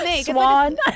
Swan